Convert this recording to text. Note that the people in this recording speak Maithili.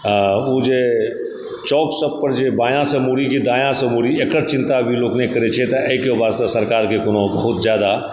आओर ओ जे चौक सबपर जे बायाँसँ मुड़ी कि दायाँसँ मुड़ी एकर चिन्ता भी लोक नहि करैत छथि आओर एहिके वास्ते सरकारके कोनो बहुत जादा